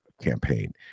campaign